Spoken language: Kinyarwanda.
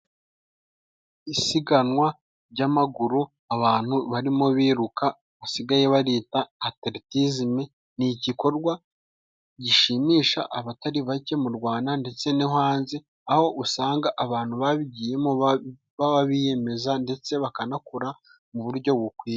Isiganwa jy'amaguru abantu barimo biruka basigaye barita ateretisime, ni igikorwa gishimisha abatari bake mu Rwanda ndetse no hanze, aho usanga abantu babigiyemo baba biyemeza, ndetse bakanakora mu buryo bukwiye.